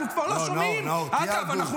אנחנו כבר לא שומעים --- אבל אתה מכליל.